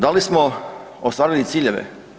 Da li smo ostvarili ciljeve?